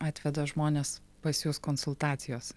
atveda žmones pas jus konsultacijos